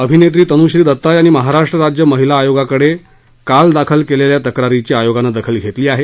अभिनेत्री तनुश्री दत्ता यांनी महाराष्ट्र राज्य महिला आयोगाकडे काल दाखल केलेल्या तक्रारीची आयोगानं दखल घेतली आहे